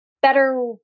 better